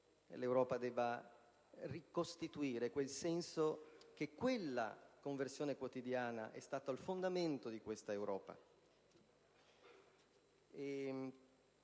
davvero debba ricostituire quel sentimento per cui la conversione quotidiana è stata il fondamento di questa Europa.